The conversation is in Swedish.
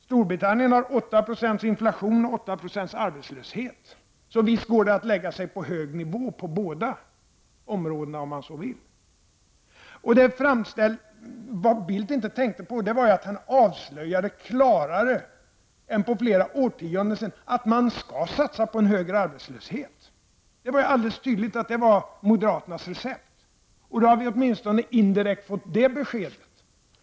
Storbritannien har 8 96 inflation och 8 76 arbetslöshet, så visst går det att lägga sig på hög nivå på båda områdena, om man så vill. Vad Carl Bildt inte tänkte på var att man avslöjade klarare än på flera årtionden att man skall satsa på högre arbetslöshet. Det var alldeles tydligt att detta var moderater nas recept. Då har vi åtminstone indirekt fått det beskedet.